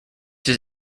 his